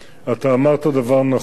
אתה אמרת דבר נכון.